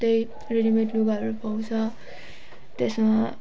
त्यही ready made लुगाहरू पाउँछ त्यसमा